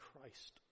Christ